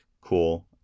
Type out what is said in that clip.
cool